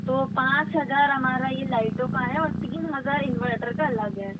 तो पाँच हज़ार हमारा ये लाईटों का है और तीन हज़ार इन्वर्टर का अलग है